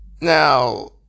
Now